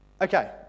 Okay